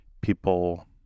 People